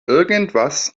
irgendwas